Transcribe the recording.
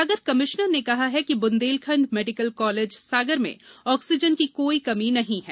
सागर commissioner ने कहा कि बुन्देलखण्ड मेडीकल कॉलेज सागर में ऑक्सीजन की कोई कमी नहीं है